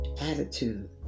attitude